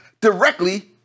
directly